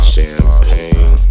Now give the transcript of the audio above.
Champagne